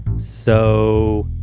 so.